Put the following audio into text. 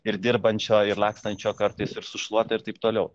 ir dirbančio ir lakstančio kartais ir su šluota ir taip toliau